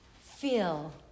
feel